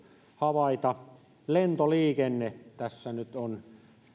havaita lentoliikenne tässä nyt on